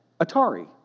Atari